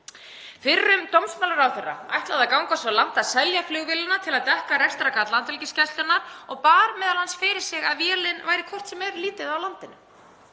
Fyrrum dómsmálaráðherra ætlaði að ganga svo langt að selja flugvélina til að dekka rekstrarhalla Landhelgisgæslunnar og bar m.a. fyrir sig að vélin væri hvort sem er lítið á landinu.